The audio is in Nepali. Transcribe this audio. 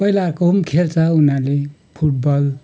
पहिलाको पनि खेल्छ उनीहरूले फुटबल